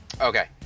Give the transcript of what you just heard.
Okay